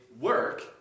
work